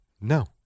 no